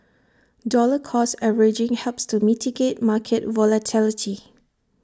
dollar cost averaging helps to mitigate market volatility